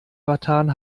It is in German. vertan